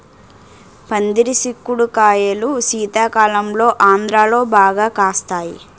పందిరి సిక్కుడు కాయలు శీతాకాలంలో ఆంధ్రాలో బాగా కాస్తాయి